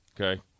okay